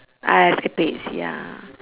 ah esacapades ya